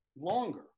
Longer